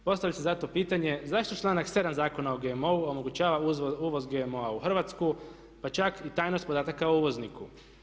Postavlja se zato pitanje zašto članak 7. Zakona o GMO-u omogućava uvoz GMO-a u Hrvatsku pa čak i tajnost podataka o uvoznika.